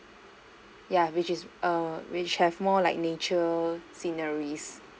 ya which is err which have more like nature sceneries